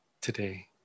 today